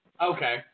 Okay